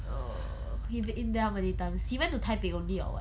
ugh he been there how many times he went to taipei only or what